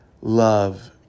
love